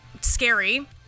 scary